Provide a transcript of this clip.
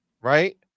right